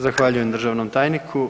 Zahvaljujem državnom tajniku.